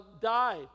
died